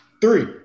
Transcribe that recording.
Three